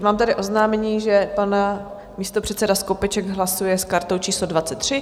Mám tady oznámení, že pan místopředseda Skopeček hlasuje s kartou číslo 23.